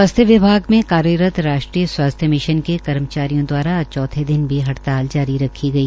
स्वास्थ्य विभाग के कार्यरत राष्ट्रीय स्वास्थ्य मिशन के कर्मचारियों द्वारा आज चौथे दिन भी हड़ताल जारी रखी गई